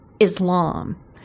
Islam